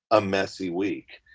a messy week,